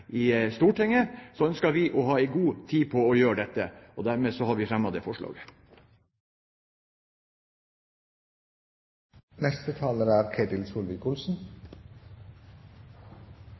i Stortinget, ønsker vi å ha god tid på å gjøre dette. Dermed har vi fremmet dette forslaget.